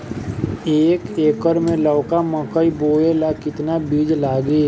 एक एकर मे लौका मकई बोवे ला कितना बिज लागी?